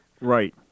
Right